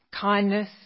kindness